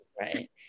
Right